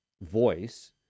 voice